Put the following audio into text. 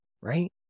right